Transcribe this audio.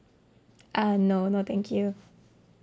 uh no no thank you